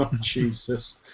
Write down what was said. Jesus